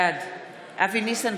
בעד אבי ניסנקורן,